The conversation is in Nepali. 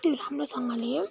त्यो राम्रोसँगले